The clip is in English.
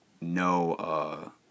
no